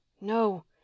No